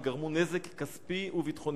וגרמו נזק כספי וביטחוני.